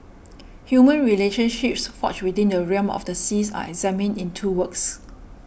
human relationships forged within the realm of the seas are examined in two works